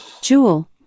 Jewel